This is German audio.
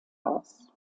haus